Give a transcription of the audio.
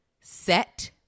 Set